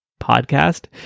podcast